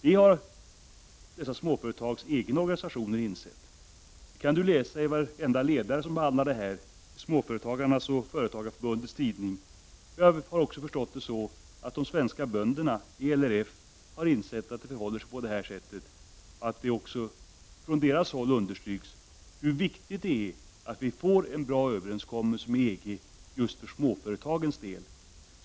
Detta har dessa små företags egna organisationer insett. Detta kan Per-Ola Eriksson läsa sig till i varenda ledare som behandlar denna fråga i småföretagarnas och Företagarförbundets tidning. Jag har också förstått att de svenska bönderna i LRF har insett att det förhåller sig på det här sättet. Också från deras håll understryks hur viktigt det är att vi får en bra överenskommelse med EG just för småföretagens del.